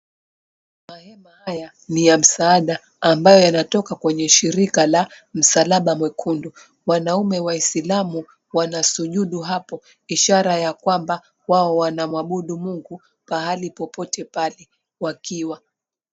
Mahema haya ni ya msaada ambayo yanatoka kwenye shirika la msalaba mwekundu. Wanaume waislamu wanasujudu hapo ishara ya kwamba wao wanamwabudu Mungu pahali popote pale wakiwa.